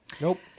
Nope